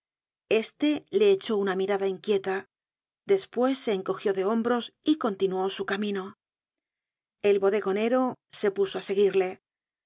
este le echó una mirada inquieta despues se encogió de hombros y continuó su camino el bodegonero se puso á seguirle